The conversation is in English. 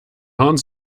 hans